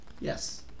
Yes